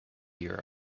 europe